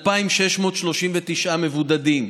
2,639 מבודדים.